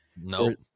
nope